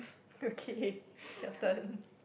okay your turn